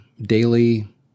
daily